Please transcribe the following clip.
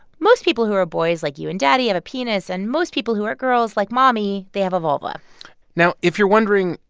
most people who are boys like you and daddy have a penis. and most people who are girls like mommy, they have a vulva now, if you're wondering,